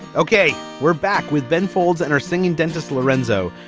ok. we're back with ben folds and her singing dentist lorenzo,